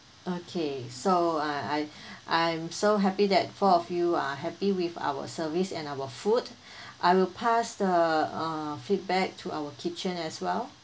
okay so I I I'm so happy that four of you are happy with our services and our food I will pass the err feedback to our kitchen as well